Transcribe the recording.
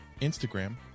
Instagram